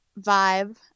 vibe